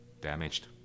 damaged